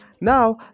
Now